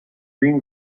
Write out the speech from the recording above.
green